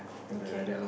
okay